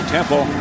Temple